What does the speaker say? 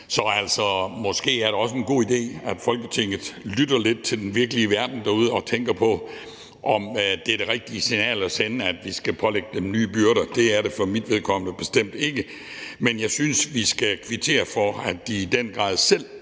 er det måske også en god idé, at Folketinget lytter lidt til den virkelige verden derude og tænker på, om det er det rigtige signal at sende, at de skal pålægges nye byrder. Det er det for mit vedkommende bestemt ikke. Men jeg synes, at vi skal kvittere for, at de i den grad selv